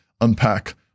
unpack